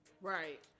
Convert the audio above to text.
Right